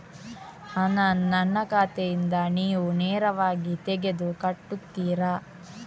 ಹಣ ನನ್ನ ಖಾತೆಯಿಂದ ನೀವು ನೇರವಾಗಿ ತೆಗೆದು ಕಟ್ಟುತ್ತೀರ?